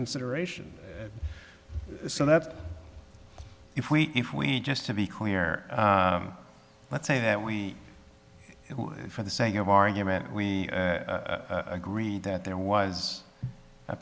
consideration so that if we if we just to be clear let's say that we for the sake of argument we agreed that there was a